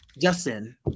Justin